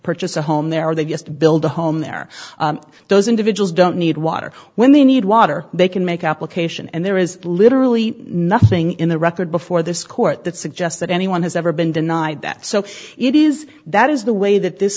purchase a home there or they just build a home there those individuals don't need water when they need water they can make up location and there is literally nothing in the record before this court that suggests that anyone has ever been denied that so it is that is the way that this